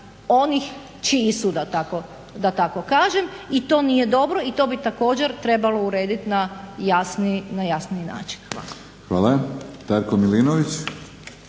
onih čiji su da tako kažem i to nije dobro i to bi također trebalo urediti na jasniji način. Hvala. **Batinić, Milorad